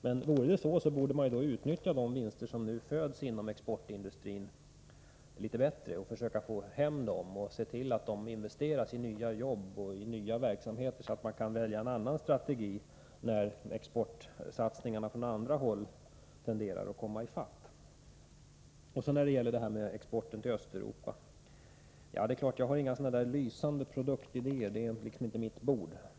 Men vore det så borde man nu utnyttja de vinster som föds inom exportindustrin litet bättre, försöka få hem dessa vinster och se till att de investeras i nya jobb och nya verksamheter, så att man kan välja en annan strategi när exportsatsningarna på andra håll tenderar att komma i fatt. Jag kommer så till frågan om exporten till Östeuropa. Jag har inga lysande produktidéer — det är liksom inte mitt bord.